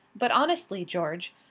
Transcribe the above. but honestly, george,